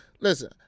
Listen